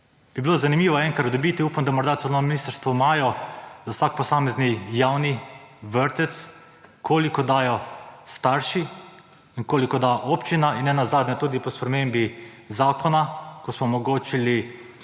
Bi bilo zanimivo enkrat dobiti. Upam, da morda celo ministrstva imajo za vsak posamezni javni vrtec koliko dajo starši in koliko da občina in nenazadnje tudi po spremembi zakona, ko smo omogočili